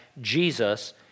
Jesus